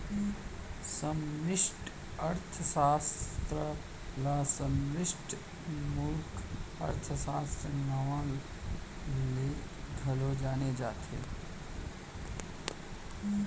समस्टि अर्थसास्त्र ल समस्टि मूलक अर्थसास्त्र, नांव ले घलौ जाने जाथे